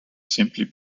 simply